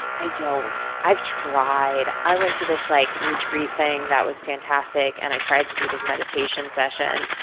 i don't. i've tried. i went to this like retreat thing, that was fantastic, and i tried to do this meditation session,